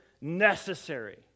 necessary